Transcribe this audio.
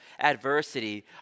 adversity